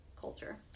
culture